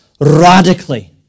radically